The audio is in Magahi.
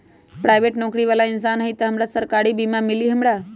पराईबेट नौकरी बाला इंसान हई त हमरा सरकारी बीमा मिली हमरा?